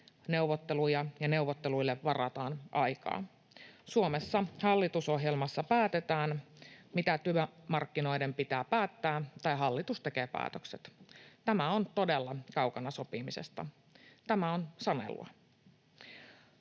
neuvotteluja ja neuvotteluille varataan aikaa. Suomessa hallitusohjelmassa päätetään, mitä työmarkkinoiden pitää päättää, tai hallitus tekee päätökset. Tämä on todella kaukana sopimisesta. Tämä on sanelua.